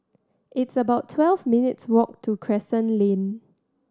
it's about twelve minutes' walk to Crescent Lane